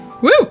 Woo